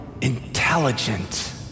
intelligent